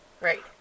Right